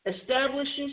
Establishes